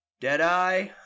Deadeye